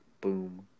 boom